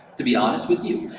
to be honest with you.